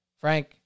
Frank